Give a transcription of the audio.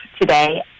today